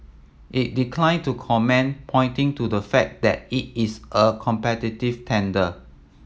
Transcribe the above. it declined to comment pointing to the fact that it is a competitive tender